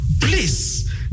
please